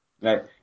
Right